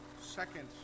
second